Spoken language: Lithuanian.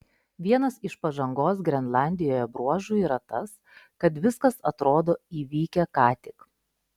vienas iš pažangos grenlandijoje bruožų yra tas kad viskas atrodo įvykę ką tik